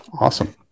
Awesome